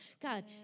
God